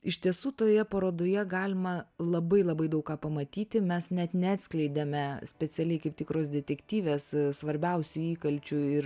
iš tiesų toje parodoje galima labai labai daug ką pamatyti mes net neatskleidėme specialiai kaip tikros detektyvės svarbiausių įkalčių ir